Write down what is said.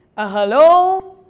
a hello.